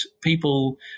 people